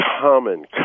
common